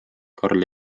karl